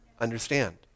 understand